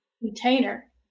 container